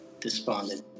despondent